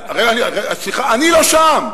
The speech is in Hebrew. סליחה, אני לא שם.